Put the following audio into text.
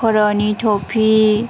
खर'नि थपि